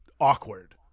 awkward